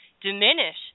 diminish